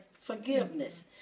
forgiveness